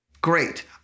Great